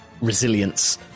resilience